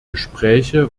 gespräche